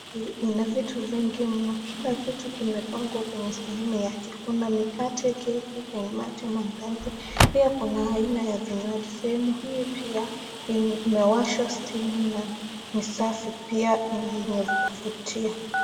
Ina vitu vingi mno. Kila kitu kimepangwa kwenye sehemu yake. Kuna mikate, keki, kaimati, mandazi. Pia kuna aina ya vinywaji. Sehemu hii pia imewashwa stima na ni safi pia ni yenye kuvutia.